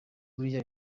biriya